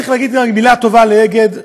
צריך להגיד מילה טובה לאגד,